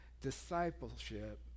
discipleship